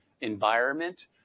environment